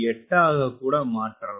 8 ஆக கூட மாற்றலாம்